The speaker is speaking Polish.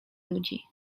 ludzi